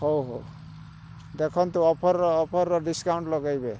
ହଉ ହଉ ଦେଖନ୍ତୁ ଅଫର୍ ଅଫର୍ ଡିସ୍କାଉଣ୍ଟ ଲଗାଇବେ